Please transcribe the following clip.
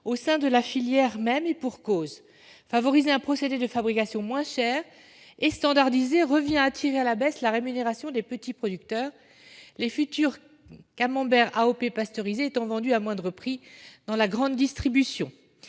au sein de la filière même. Et pour cause : favoriser un procédé de fabrication moins cher et standardisé revient à tirer à la baisse la rémunération des petits producteurs, les futurs camemberts AOP pasteurisés étant vendus à moindre prix dans la grande distribution.